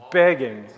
begging